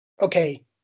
okay